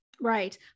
Right